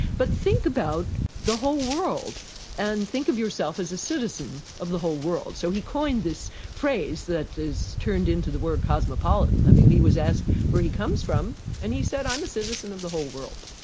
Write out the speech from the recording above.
but think about the whole world and think of yourself as a citizen of the whole world. so he coined this phrase that has turned into the word cosmopolitan. yeah he was asked where he comes from and he said, i'm a citizen of the whole world.